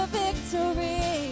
victory